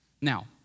Now